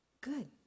good